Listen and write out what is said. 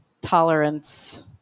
tolerance